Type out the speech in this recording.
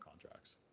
contracts